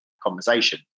Conversation